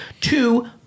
two